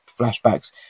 flashbacks